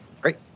Great